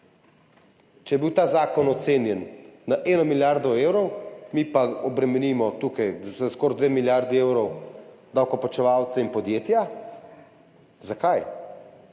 če je bil ta zakon ocenjen na 1 milijardo evrov, mi pa obremenimo tukaj za skoraj 2 milijardi evrov davkoplačevalce in podjetja? Zakaj?